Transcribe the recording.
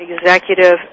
executive